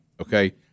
okay